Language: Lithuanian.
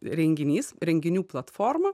renginys renginių platforma